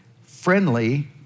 friendly